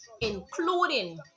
including